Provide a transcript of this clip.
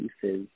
pieces